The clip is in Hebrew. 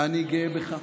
אני גאה בך,